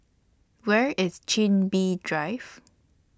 Where IS Chin Bee Drive